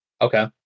Okay